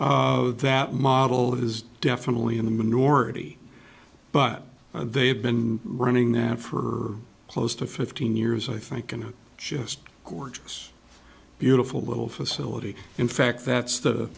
research that model is definitely in the minority but they have been running them for close to fifteen years i think and just gorgeous beautiful little facility in fact that's the